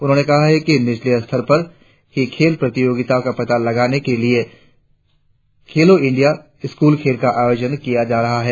उन्होंने कहा कि निचले स्तर पर ही खेल प्रतिभाओ का पता लगाने के लिए खेलो इंडिया स्कूल खेल का आयोजन किया जा रहा है